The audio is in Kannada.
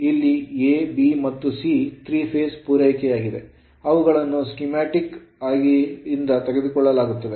ಇಲ್ಲಿ A B ಮತ್ತು C 3 phase ಪೂರೈಕೆಯಾಗಿದ್ದು ಅವುಗಳನ್ನು ಸ್ಕೀಮ್ಯಾಟಿಕ್ ಆಗಿ ತೋರಿಸಲಾಗಿದೆ